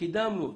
קידמנו אותו.